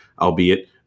albeit